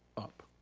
up.